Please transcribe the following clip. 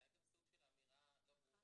זה היה גם סוג של אמירה לא ברורה.